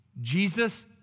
Jesus